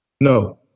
No